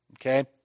okay